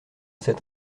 cet